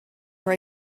were